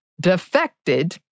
defected